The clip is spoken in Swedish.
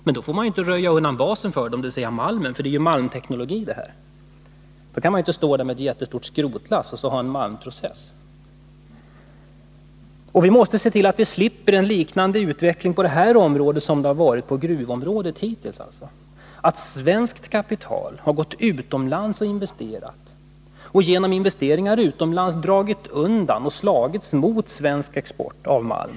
Men då får man inte röja undan basen för dem, dvs. malmen, för det här är ju malmteknologi. Man kan inte stå där med ett jättestort skrotlass och ha en malmprocess. Vi måste se till att vi slipper en liknande utveckling på det här området som det har varit på gruvområdet hittills. Där har svenskt kapital gått ut och investerat utomlands och därigenom slagits mot svensk export av malm.